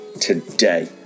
today